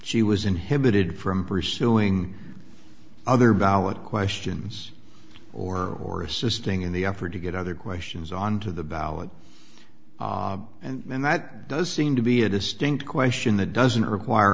she was inhibited from pursuing other ballot questions or or assisting in the effort to get other questions on to the ballot and that does seem to be a distinct question that doesn't require